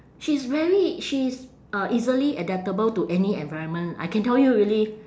she's very she's uh easily adaptable to any environment I can tell you really